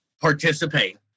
participate